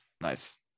Nice